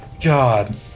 God